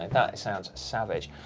that sounds savage.